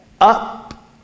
up